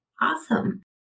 Awesome